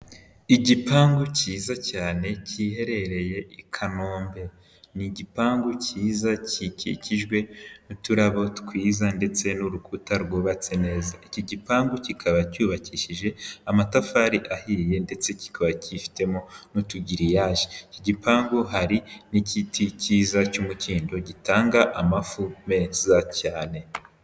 Igipangu cyiza cyane giheherereye i Kanombe, ni igipangu cyiza gikikijwe n'uturabo twiza ndetse n'urukuta rwubatse neza, iki gipangu kikaba cyubakishije amatafari ahiye ndetse kikaba kifitemo n'utugiriyaje, iki gipangu hari n'igiti cyiza cy'umukindo gitanga amafu meza cyane.